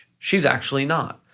she's actually not,